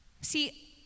See